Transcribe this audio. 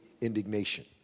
indignation